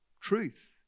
truth